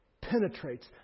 penetrates